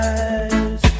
eyes